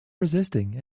resisting